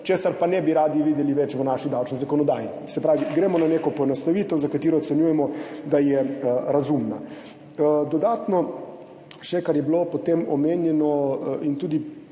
česar pa ne bi radi videli več v naši davčni zakonodaji. Se pravi, gremo na neko poenostavitev, za katero ocenjujemo, da je razumna. Dodatno še, kar je bilo potem omenjeno in tudi